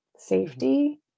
Safety